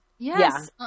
Yes